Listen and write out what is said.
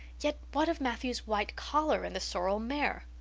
yet what of matthew's white collar and the sorrel mare?